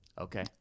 Okay